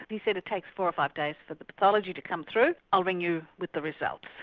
he said it takes four or five days for the pathology to come through. i'll ring you with the result.